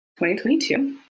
2022